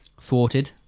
thwarted